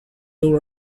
door